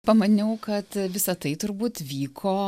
pamaniau kad visa tai turbūt vyko